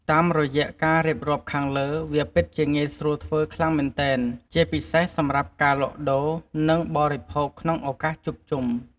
តាមរយៈការរៀបរាប់ខាងលើ វាពិតជាងាយស្រួលធ្វើខ្លាំងមែនទែន ជាពិសេសសម្រាប់ការលក់ដូរ និងបរិភោគក្នុងឱកាសជួបជុំ។